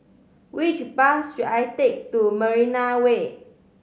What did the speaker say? which bus should I take to Marina Way